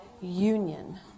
union